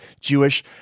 Jewish